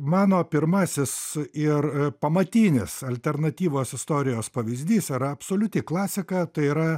mano pirmasis ir pamatinis alternatyvos istorijos pavyzdys yra absoliuti klasika tai yra